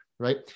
right